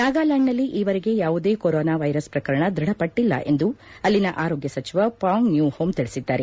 ನಾಗಾಲ್ಕಾಂಡ್ನಲ್ಲಿ ಈವರೆಗೆ ಯಾವುದೇ corona virus ಪ್ರಕರಣ ದೃಢಪಟ್ಟಲ್ಲ ಎಂದು ಅಲ್ಲಿನ ಆರೋಗ್ಯ ಸಚಿವ ಪಾಂಗ್ ನ್ಯೂ ಹೋಂ ತಿಳಿಸಿದ್ದಾರೆ